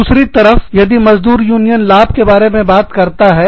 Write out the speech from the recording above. दूसरे तरफ यदि मज़दूर यूनियन लाभ के बारे में बात करता है